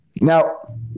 Now